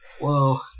Whoa